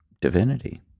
divinity